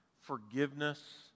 forgiveness